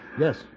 Yes